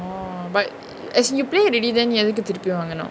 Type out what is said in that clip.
oh but as in you play already then எதுக்கு திருப்பி வாங்கனு:ethuku thirupi vaanganu